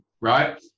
right